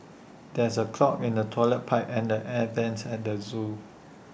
there's A clog in the Toilet Pipe and the air Vents at the Zoo